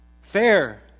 fair